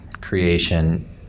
creation